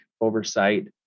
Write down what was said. oversight